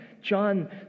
John